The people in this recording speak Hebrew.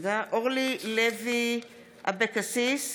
אורלי לוי אבקסיס,